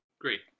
Great